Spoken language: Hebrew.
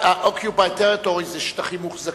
occupied territoriesזה "שטחים מוחזקים".